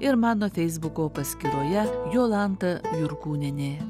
ir mano feisbuko paskyroje jolanta jurkūnienė